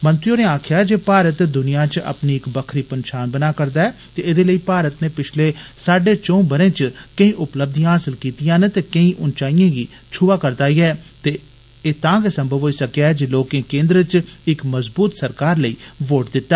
मंत्री होरें आक्खेआ जे भारत दुनिया च अपनी इक बक्खरी पंछान बना करदा ऐ ते एदे लेई भारत नै पिछले साड्डे चंऊ बरे च केई उपलब्धियां हासल कीतियां न केई उचाइएं गी छुएआ ऐ ते एह् तां गै संभव होई सकेआ ऐ ते लोकें केन्द्र च इक मजबूत सरकार लेई वोट दिता